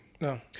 No